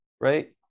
right